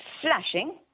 flashing